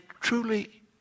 truly